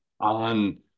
on